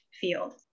field